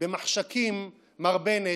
במחשכים, מר בנט,